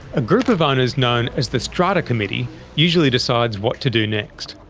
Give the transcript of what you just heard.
a group of owners known as the strata committee usually decides what to do next.